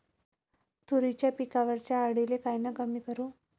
तुरीच्या पिकावरच्या अळीले कायनं कमी करू?